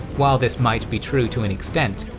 while this might be true to and extent,